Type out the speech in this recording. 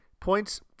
Points